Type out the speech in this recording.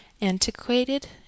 antiquated